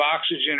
oxygen